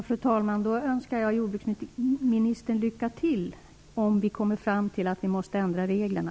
Fru talman! Då önskar jag jordbruksministern lycka till, om vi kommer fram till att vi måste ändra reglerna.